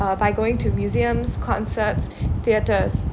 uh by going to museums concerts theaters